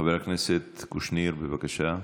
חבר הכנסת קושניר, בבקשה.